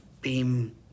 beam